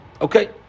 Okay